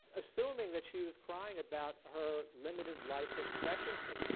assuming that she was crying about her limited life expectancy.